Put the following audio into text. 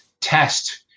test